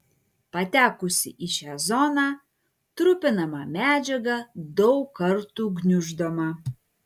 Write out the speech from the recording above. patekusi į šią zoną trupinama medžiaga daug kartų gniuždoma